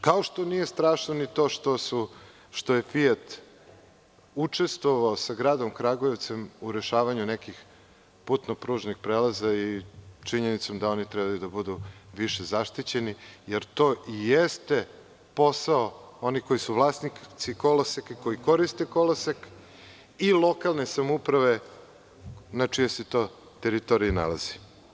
Kao što nije strašno ni to što je „Fijat“ učestvovao sa gradom Kragujevcem u rešavanju nekih putno-pružnih prelaza i činjenicom da oni trebaju da budu više zaštićeni, jer to i jeste posao onih koji su vlasnici koloseka, koji koriste kolosek, i lokalne samouprave na čijoj se to teritoriji nalazi.